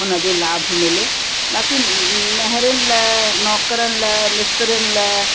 हुनजो लाभ मिले बाक़ी मेहरिन लाइ नौकिरनि लाइ मिस्त्रिनि लाइ